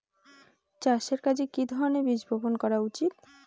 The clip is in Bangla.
চাষের কাজে কি ধরনের বীজ বপন করা উচিৎ?